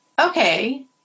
okay